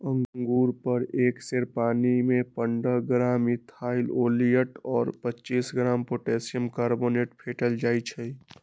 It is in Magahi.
अंगुर पर एक सेर पानीमे पंडह ग्राम इथाइल ओलियट और पच्चीस ग्राम पोटेशियम कार्बोनेट फेटल जाई छै